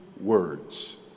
words